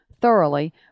thoroughly